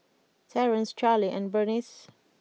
Terance Carlie and Bernice